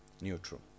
neutral